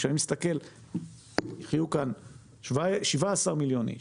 כאשר אני מסתכל על זה שיחיו כאן 17 מיליון איש